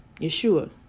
Yeshua